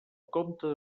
compte